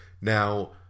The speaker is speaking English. Now